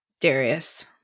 Darius